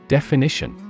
Definition